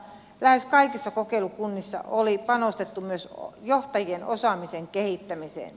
lähes kaikissa kokeilukunnissa oli panostettu myös johtajien osaamisen kehittämiseen